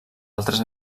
altres